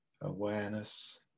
awareness